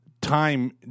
time